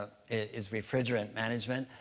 ah is refrigerant management.